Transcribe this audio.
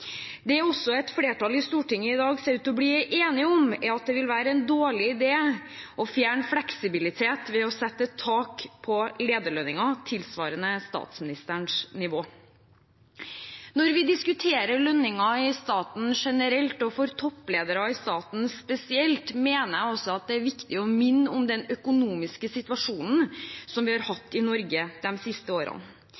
Det et flertall i Stortinget i dag også ser ut til å bli enige om, er at det vil være en dårlig idé å fjerne fleksibilitet ved å sette tak på lederlønninger tilsvarende statsministerens nivå. Når vi diskuterer lønninger i staten generelt og for toppledere i staten spesielt, mener jeg det er viktig å minne om den økonomiske situasjonen som vi har